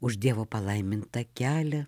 už dievo palaimintą kelią